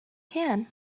can